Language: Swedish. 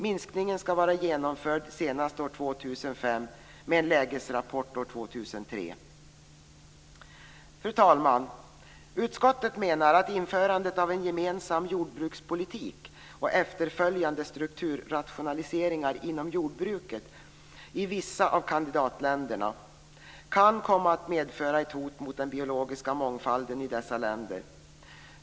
Minskningen ska vara genomförd senast år 2005 med en lägesrapport år 2003. Fru talman! Utskottet menar att införandet av en gemensam jordbrukspolitik och efterföljande strukturrationaliseringar inom jordbruket i vissa av kandidatländerna kan komma att medföra ett hot mot den biologiska mångfalden i dessa länder.